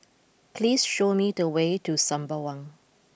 please show me the way to Sembawang